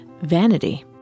vanity